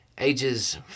ages